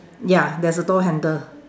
ya there's a door handle